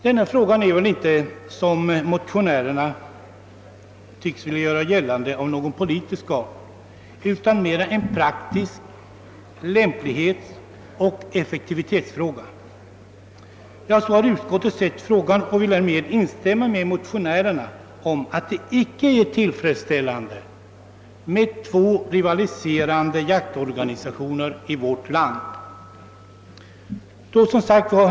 Denna fråga är inte, som motionärerna tycks vilja göra gällande, av politisk art, utan den är mera en praktisk lämplighetsoch effektivitetsfråga. Utskottet har sett frågan på detta sätt och instämt med motionärerna i att det icke är tillfredsställande med två rivaliserande jaktorganisationer i vårt land. Herr talman!